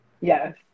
Yes